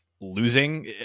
losing